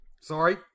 Sorry